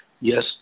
Yes